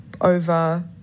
over